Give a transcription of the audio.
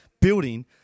building